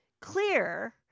Clear